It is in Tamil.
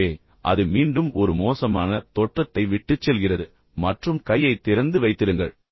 எனவே அது மீண்டும் ஒரு மோசமான தோற்றத்தை விட்டுச்செல்கிறது மற்றும் கையைத் திறந்து வைத்திருங்கள்